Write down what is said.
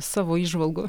savo įžvalgų